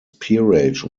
peerage